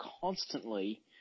constantly